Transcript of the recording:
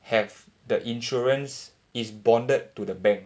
have the insurance is bonded to the bank